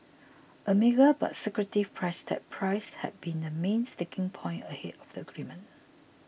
a mega but secretive price tag Price had been the main sticking point ahead of the agreement